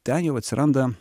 ten jau atsiranda